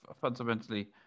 fundamentally